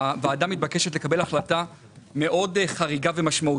הוועדה מתבקשת לקבל החלטה מאוד חריגה ומשמעותית.